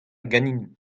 ganin